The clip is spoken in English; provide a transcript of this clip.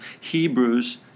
Hebrews